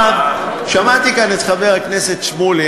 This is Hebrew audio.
שמעתי כאן את חבר הכנסת שמולי,